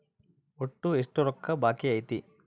ಒಟ್ಟು ಎಷ್ಟು ರೊಕ್ಕ ಬಾಕಿ ಐತಿ?